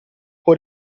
può